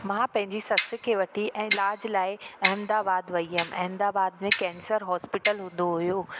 मां पंहिंजी सस खे वठी इलाज लाइ अहमदाबाद वई अम अहमदाबाद में कैंसर हॉस्पिटल हूंदो हुओ